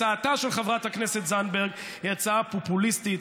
הצעתה של חברת הכנסת זנדברג היא הצעה פופוליסטית,